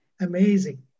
Amazing